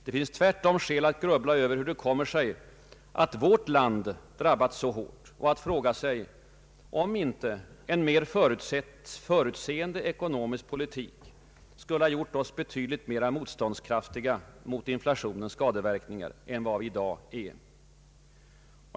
Det finns tvärtom skäl att grubbla över hur det kommer sig att vårt land drabbats så hårt och att fråga sig, om inte en mera förutseende ekonomisk politik skulle ha gjort oss betydligt mera motståndskraftiga mot inflationens skadeverkningar än vad vi nu är.